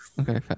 Okay